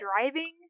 driving